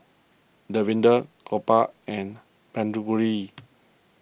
Davinder Gopal and Tanguturi